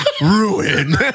Ruin